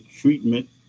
treatment